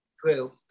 True